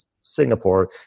Singapore